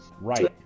Right